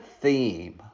theme